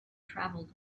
travelled